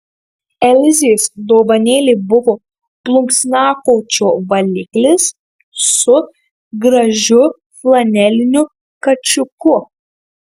elzės dovanėlė buvo plunksnakočio valiklis su gražiu flaneliniu kačiuku